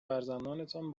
فرزندانتان